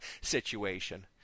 situation